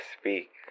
speak